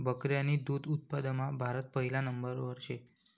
बकरी आणि दुध उत्पादनमा भारत पहिला नंबरवर शे